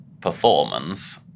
performance